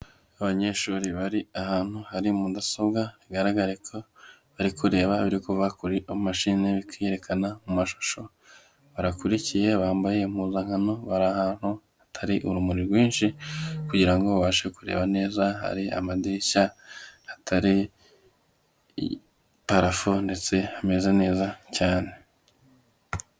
Abanyeshuri bari ahantu hari mudasobwa, bigaragare ko bari kureba ibiri kuva kuri mashini bikiyerekana mu mashusho. Barakurikiye, bambaye impuzankano, bari ahantu hatari urumuri rwinshi kugira ngo babashe kureba neza. Hari amadirishya, hatari parafo, ndetse hameze neza cyane.